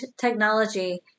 technology